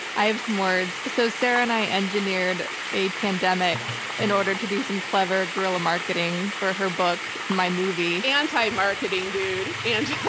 i have some words. so sarah and i engineered a pandemic in order to do some clever guerilla marketing for her book and my movie. anti-marketing dude, and anti-marketing.